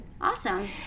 awesome